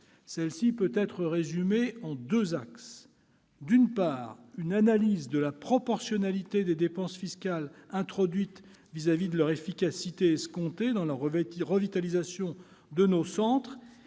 Celle-ci peut être résumée en deux axes. D'une part, nous avons procédé à une analyse de la proportionnalité des dépenses fiscales introduites vis-à-vis de leur efficacité escomptée dans la revitalisation de nos centres